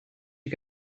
you